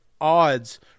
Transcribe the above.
odds